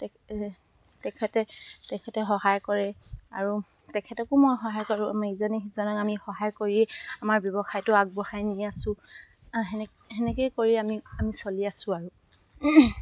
তেখেতে তেখেতে সহায় কৰে আৰু তেখেতকো মই সহায় কৰোঁ আমি ইজনে সিজনক আমি সহায় কৰি আমাৰ ব্যৱসায়টো আগবঢ়াই নি আছোঁ সেনেকেই কৰি আমি চলি আছোঁ আৰু